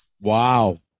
Wow